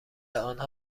آنها